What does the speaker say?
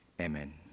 Amen